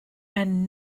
and